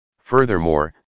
Furthermore